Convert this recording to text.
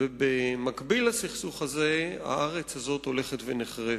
ובמקביל לסכסוך הזה הארץ הזאת הולכת ונחרבת.